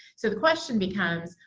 so the question becomes,